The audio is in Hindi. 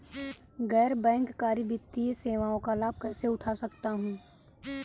गैर बैंककारी वित्तीय सेवाओं का लाभ कैसे उठा सकता हूँ?